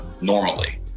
normally